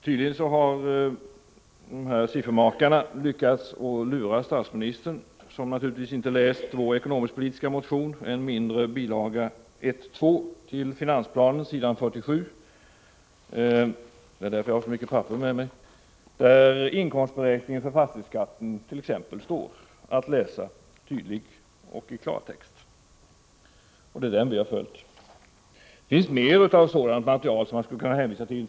Tydligen har siffermakarna lyckats lura statsministern, som naturligtvis inte har läst vår ekonomiskpolitiska motion, än mindre s. 47 i bil. 1.2 till finansplanen. Inkomstberäkningen för fastighetsskatten redovisas där i klartext. Det är denna som vi har följt. Det finns mer sådant material som jag skulle kunna hänvisa till.